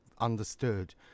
understood